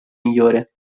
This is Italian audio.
migliore